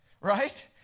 right